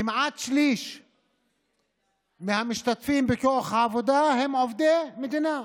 כמעט שליש מהמשתתפים בכוח העבודה הם עובדי מדינה,